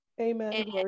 Amen